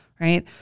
right